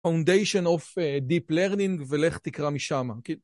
Foundation of Deep Learning, ולך תקרא משם, כן?